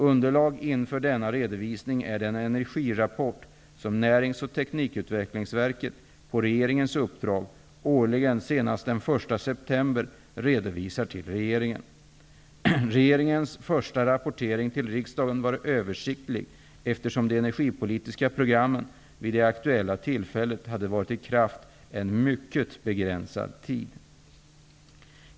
Underlag inför denna redovisning är den energirapport som Närings och teknikutvecklingsverket, på regeringens uppdrag, årligen senast den 1 september, redovisar till regeringen. Regeringens första rapportering till riksdagen var översiktlig eftersom de energipolitiska programmen vid det aktuella tillfället hade varit i kraft en mycket begränsad tid.